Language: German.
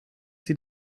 sie